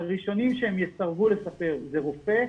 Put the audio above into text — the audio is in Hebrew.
הראשונים שהם יסרבו לספר זה רופא,